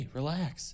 relax